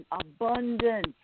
abundance